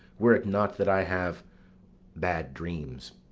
were it not that i have bad dreams.